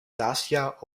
dacia